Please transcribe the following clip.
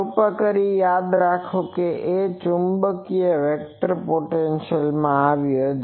કૃપા કરીને યાદ રાખો કે તે A ચુંબકીય વેક્ટર પોટેન્શિઅલમાંથી આવ્યો છે